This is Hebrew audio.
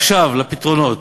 ועכשיו לפתרונות.